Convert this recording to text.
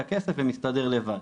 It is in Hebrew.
את הכסף ומסתדר לבד.